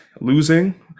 losing